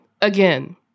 again